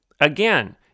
Again